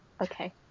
okay